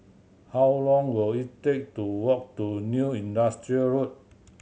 how long will it take to walk to New Industrial Road